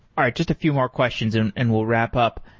all right. just a few more questions and and we'll wrap up.